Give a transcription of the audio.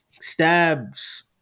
stabs